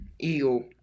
eagle